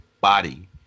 body